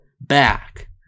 back